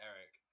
Eric